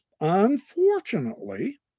unfortunately